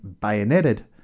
bayoneted